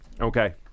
Okay